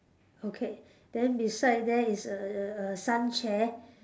okay then beside that is a a a sun chair